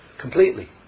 completely